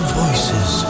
voices